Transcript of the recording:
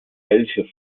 elche